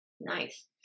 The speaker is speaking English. Nice